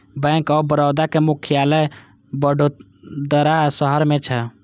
bank of Baroda के मुख्यालय वडोदरा शहर मे छै